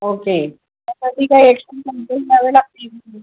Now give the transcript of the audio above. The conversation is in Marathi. ओके त्यासाठी काय एक्स्ट्रा चार्जेस द्यावे लागतील